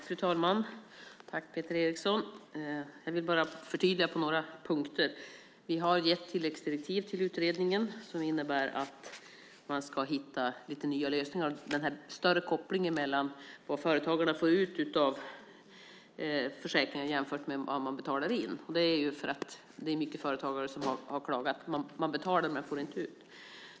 Fru talman! Jag vill bara förtydliga på några punkter. Vi har gett tilläggsdirektiv till utredningen som innebär att man ska hitta lite nya lösningar och ha en större koppling mellan vad företagarna får ut av försäkringen jämfört med vad de betalar in. Det beror på att det är många företagare som har klagat på att de betalar in pengar men inte får ut något.